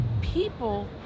people